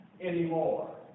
anymore